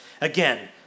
Again